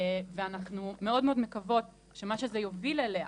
ואנחנו מאוד מקוות, שמה שהמשבר הזה יוביל אליו,